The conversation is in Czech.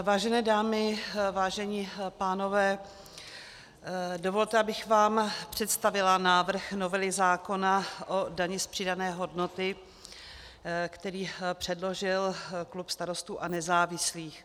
Vážené dámy, vážení pánové, dovolte, abych vám představila návrh novely zákona o dani z přidané hodnoty, který předložil klub Starostů a nezávislých.